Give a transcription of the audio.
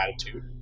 attitude